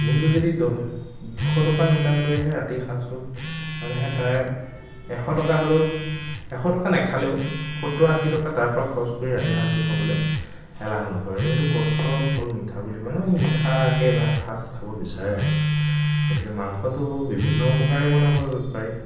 দিনটো যদি দহ দুশ টকা ইনকাম কৰি আহে ৰাতিৰ সাঁজটোত মানুহে তাৰ এশ টকা হ'লেও এশ টকা নাখালেও সত্তৰ আশী টকা তাৰপৰা খৰচ কৰি ৰাতিৰ সাঁজটো খাবলে এলাহ নকৰে যিহেতু কষ্টৰ ফল মিঠা বুলি কয় ন ই মিঠাকে ভাত এসাঁজ খাব বিচাৰে আৰু গতিকে মাংসটো বিভিন্ন প্ৰকাৰে বনাব পাৰে